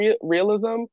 realism